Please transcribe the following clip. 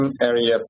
area